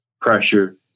pressure